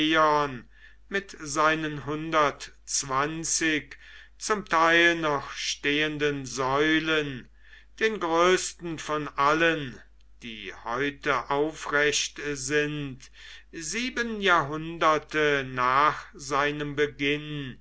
mit seinen zwanzig zum teil noch stehenden säulen den größten von allen die heute aufrecht sind sieben jahrhunderte nach seinem beginn